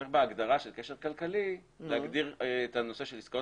צריך בהגדרה של קשר כלכלי להגדיר את הנושא של עסקאות